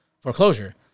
foreclosure